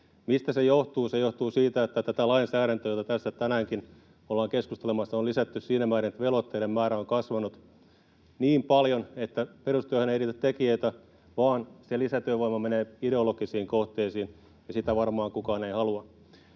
Mistä se johtuu? Se johtuu siitä, että tätä lainsäädäntöä, josta tässä tänäänkin ollaan keskustelemassa, on lisätty siinä määrin, että velvoitteiden määrä on kasvanut niin paljon, että perustyöhön ei riitä tekijöitä vaan lisätyövoima menee ideologisiin kohteisiin. Sitä varmaan kukaan ei halua.